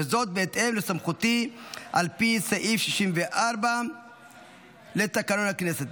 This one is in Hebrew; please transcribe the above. ולסעיף 64 לתקנון הכנסת,